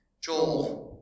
Joel